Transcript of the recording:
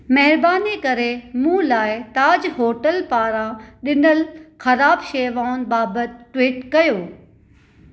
मेहरबानी करे मूं लाइ ताज होटल पारां ॾिनल ख़राब शेवाउनि बाबति ट्विट कयो